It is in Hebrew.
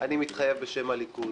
אני מתחייב בשם הליכוד